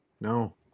No